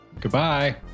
Goodbye